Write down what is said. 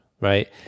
right